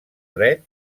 dret